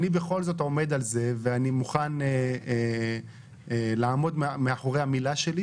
אני בכל זאת עומד על זה ואני מוכן לעמוד מאחורי המילה שלי,